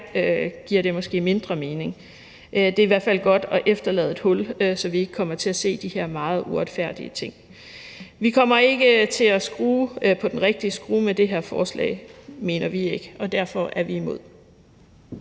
lige her giver mindre mening. Det er i hvert fald godt at efterlade et hul, så vi ikke kommer til at se de her meget uretfærdige ting. Vi mener ikke, at vi kommer til at skrue på den rigtige skrue med det her det forslag, og derfor er vi imod.